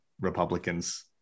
Republicans